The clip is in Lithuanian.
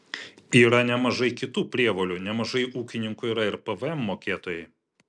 yra nemažai kitų prievolių nemažai ūkininkų yra ir pvm mokėtojai